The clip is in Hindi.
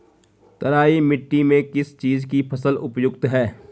तराई मिट्टी में किस चीज़ की फसल उपयुक्त है?